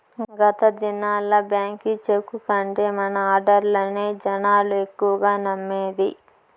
గత దినాల్ల బాంకీ చెక్కు కంటే మన ఆడ్డర్లనే జనాలు ఎక్కువగా నమ్మేది